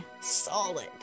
solid